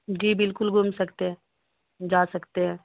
جی بالکل گھوم سکتے ہے جا سکتے ہے